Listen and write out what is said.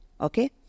Okay